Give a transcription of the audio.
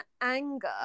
anger